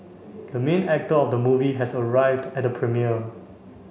the main actor of the movie has arrived at the premiere